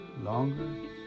longer